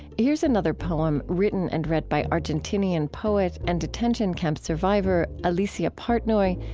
here's another poem written and read by argentinean poet and detention camp survivor, alicia partnoy.